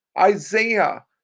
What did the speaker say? Isaiah